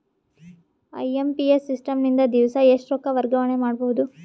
IMPS system ನಿಂದ ದಿವಸಾ ಎಷ್ಟ ರೊಕ್ಕ ವರ್ಗಾವಣೆ ಮಾಡಬಹುದು?